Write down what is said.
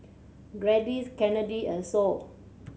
Gladis Kennedy and Sol